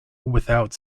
without